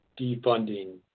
defunding